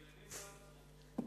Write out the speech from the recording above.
ילדים לא עצרו.